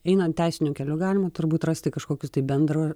einant teisiniu keliu galima turbūt rasti kažkokius tai bendro